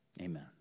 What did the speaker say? amen